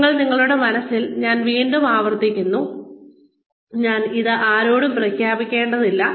വീണ്ടും നിങ്ങളുടെ മനസ്സിൽ ഞാൻ വീണ്ടും ആവർത്തിക്കുന്നു നിങ്ങൾ ഇത് ആരോടും പ്രഖ്യാപിക്കേണ്ടതില്ല